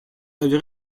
avaient